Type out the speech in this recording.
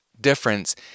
difference